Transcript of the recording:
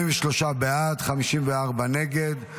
43 בעד, 54 נגד.